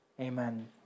Amen